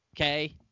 Okay